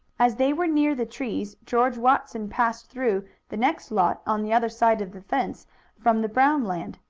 as they were near the trees george watson passed through the next lot, on the other side of the fence from the brown land.